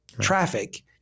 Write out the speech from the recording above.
traffic